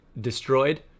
destroyed